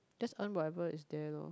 just earn whatever is there lor